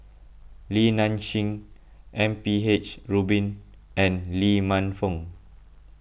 Li Nanxing M P H Rubin and Lee Man Fong